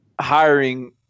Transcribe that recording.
hiring